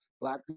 Black